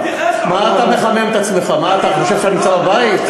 תתייחס לעובדות, מה, אתה חושב שאתה נמצא בבית?